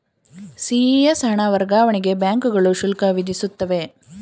CES ಹಣ ವರ್ಗಾವಣೆಗೆ ಬ್ಯಾಂಕುಗಳು ಶುಲ್ಕ ವಿಧಿಸುತ್ತವೆ